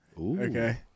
Okay